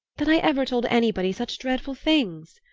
that i ever told anybody such dreadful things?